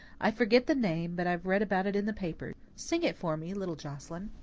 i forget the name, but i've read about it in the papers. sing it for me, little joscelyn.